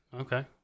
Okay